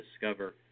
discover